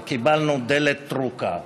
וקיבלנו דלת טרוקה,